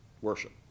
worship